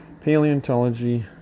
paleontology